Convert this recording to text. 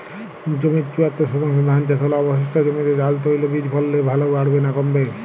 জমির চুয়াত্তর শতাংশে ধান চাষ হলে অবশিষ্ট জমিতে ডাল তৈল বীজ ফলনে লাভ বাড়বে না কমবে?